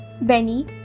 Benny